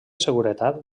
seguretat